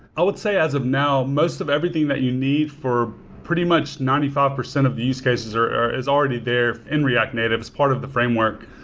i would say as of now, most of everything that you need for pretty much ninety five percent of use cases is already there in react native. it's part of the framework.